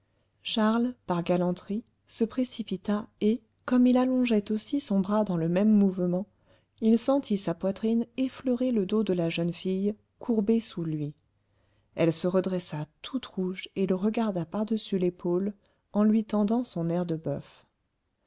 charles par galanterie se précipita et comme il allongeait aussi son bras dans le même mouvement il sentit sa poitrine effleurer le dos de la jeune fille courbée sous lui elle se redressa toute rouge et le regarda par-dessus l'épaule en lui tendant son nerf de boeuf